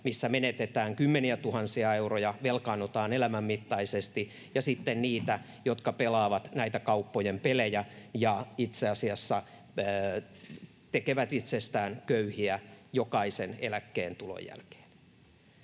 missä menetetään kymmeniätuhansia euroja, velkaannutaan elämänmittaisesti, ja sitten niitä, jotka pelaavat näitä kauppojen pelejä ja itse asiassa tekevät itsestään köyhiä jokaisen eläkkeentulon jälkeen.